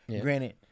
Granted